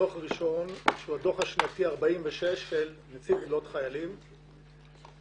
דוח ראשון שהוא הדוח השנתי ה-46 של נציב קבילות החיילים ובעקבותיו